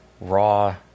Raw